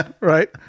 Right